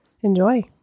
Enjoy